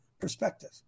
Perspective